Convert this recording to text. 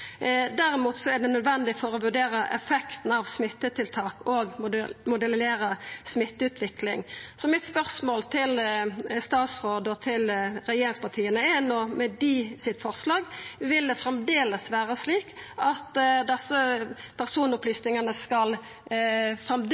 er derimot nødvendig for å vurdera effekten av smittetiltak og modellera smitteutvikling. Mitt spørsmål til statsråden og regjeringspartia er: Vil det med deira forslag framleis vera slik at desse personopplysningane skal